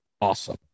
awesome